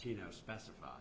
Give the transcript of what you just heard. you know specif